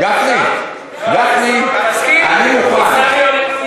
גפני, גפני, עכשיו?